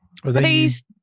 please